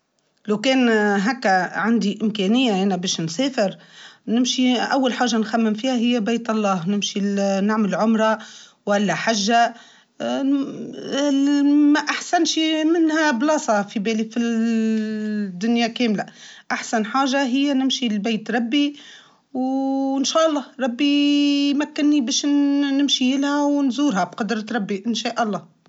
أقرر بقدرة الإله أول مكان نمشي له هو الإنسان والطموح يحب يمشي برشا أماكن بلايس معناها أما أنا ماذا ليه نمشي لنعمل عمرة بقدرة الإله نمشي لبيت الله وربي إن شاء الله لا تحرمني يا ربي إن شاء الله هي أحسن بلاصة نتمنيها.